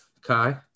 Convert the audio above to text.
kai